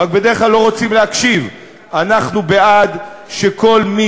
רק בדרך כלל לא רוצים להקשיב: אנחנו בעד שכל מי